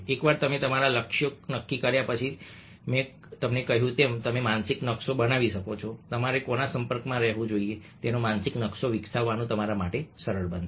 એકવાર તમે તમારા લક્ષ્યો નક્કી કર્યા પછી મેં તમને કહ્યું તેમ તમે માનસિક નકશો બનાવી શકો છો તમારે કોના સંપર્કમાં રહેવું જોઈએ તેનો માનસિક નકશો વિકસાવવાનું તમારા માટે સરળ બનશે